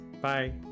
Bye